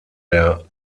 der